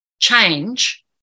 change